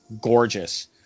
gorgeous